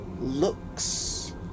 Looks